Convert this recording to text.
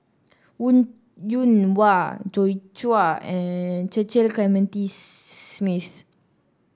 Wong Yoon Wah Joi Chua and Cecil Clementi Smith